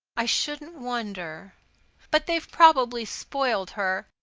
i shouldn't wonder but they've probably spoiled her,